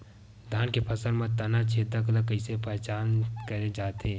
धान के फसल म तना छेदक ल कइसे पहचान करे जाथे?